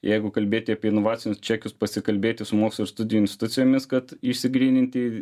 jeigu kalbėti apie inovacijų čekius pasikalbėti su mokslo ir studijų institucijomis kad išsigryninti